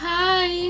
hi